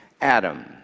Adam